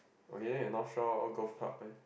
okay not shock all go club meh